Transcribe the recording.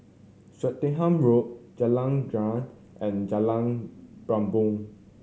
Swettenham Road Jalan Girang and Jalan Bumbong